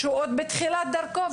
שהוא בתחילת דרכו.